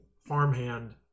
farmhand